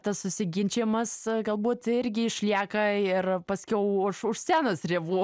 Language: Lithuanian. tas susiginčijimas galbūt irgi išlieka ir paskiau už už scenos ribų